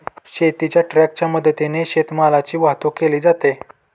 शेतीच्या ट्रकच्या मदतीने शेतीमालाची वाहतूक केली जाते